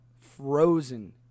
frozen